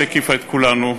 שהקיפה את כולנו,